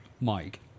Mike